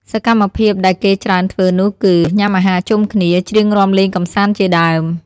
សកម្មភាពដែលគេច្រើនធ្វើនោះគឺ ញុំាអាហារជុំគ្នា ច្រៀងរាំលេងកម្សាន្តជាដើម។